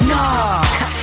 Nah